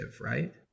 right